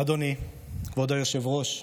אדוני כבוד היושב-ראש,